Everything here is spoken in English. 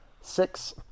six